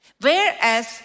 Whereas